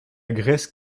graisse